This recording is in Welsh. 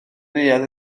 neuadd